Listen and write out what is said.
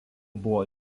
buvo